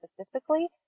specifically